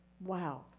Wow